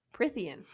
Prithian